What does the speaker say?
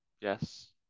Yes